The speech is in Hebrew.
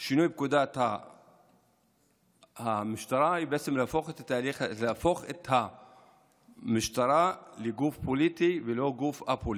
שינוי פקודת המשטרה יהפוך את המשטרה לגוף פוליטי ולא לגוף א-פוליטי.